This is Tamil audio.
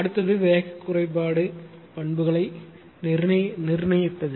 அடுத்தது வேகக் குறைபாடு பண்புகளை நிர்ணயிப்பது